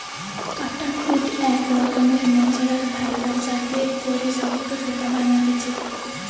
কাটাকুট এক রকমের ন্যাচারাল ফাইবার যাতে করে শক্ত সুতা বানাতিছে